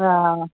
हा